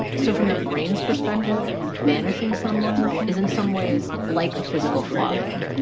um so from the brain's perspective, banishing someone is in some ways like a physical flogging.